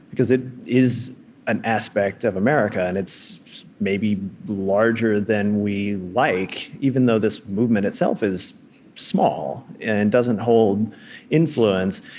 because it is an aspect of america, and it's maybe larger than we like. even though this movement itself is small and doesn't hold influence,